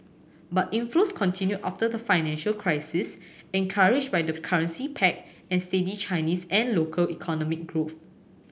but inflows continued after the financial crisis encouraged by the currency peg and steady Chinese and local economic growth